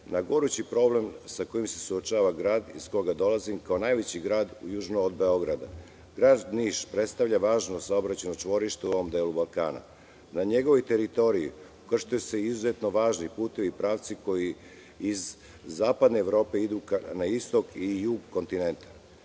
na gorući problem sa kojim se suočava grad iz koga dolazim kao najveći grad južno od Beograda. Grad Niš predstavlja važnu saobraćajno čvorište u ovom delu Balkana. Na njegovoj teritoriji ukrštaju se izuzetno važni putevi i pravci koji iz Zapadne Evrope idu na istok i jug kontinenta.